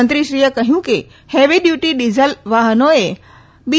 મંત્રીશ્રીએ કહ્યું કે હેવી ડ્યુટી ડીઝલ વાહનોએ બી